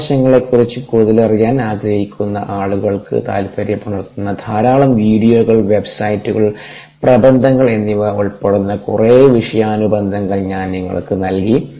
ആ വശങ്ങളെക്കുറിച്ച് കൂടുതലറിയാൻ ആഗ്രഹിക്കുന്ന ആളുകൾക്ക് താൽപ്പര്യമുണർത്തുന്ന ധാരാളം വീഡിയോകൾ വെബ്സൈറ്റുകൾ പ്രബന്ധങ്ങൾ എന്നിവ ഉൾപ്പെടുന്ന കുറെ വിഷയാനുബന്ധങ്ങൾ ഞാൻ നിങ്ങൾക്ക് നൽകി